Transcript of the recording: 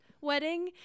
wedding